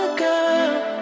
girl